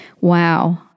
Wow